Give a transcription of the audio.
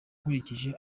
nkurikije